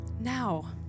Now